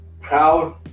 proud